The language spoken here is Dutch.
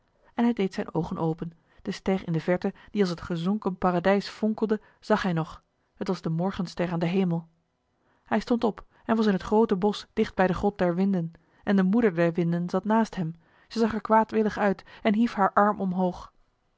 en hij deed zijn oogen open de ster in de verte die als het gezonken paradijs fonkelde zag hij nog het was de morgenster aan den hemel hij stond op en was in het groote bosch dicht bij de grot der winden en de moeder der winden zat naast hem zij zag er kwaadwillig uit en hief haar arm omhoog